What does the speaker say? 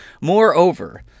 moreover